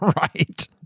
right